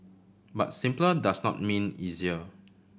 but simpler does not mean easier